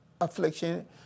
affliction